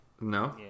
no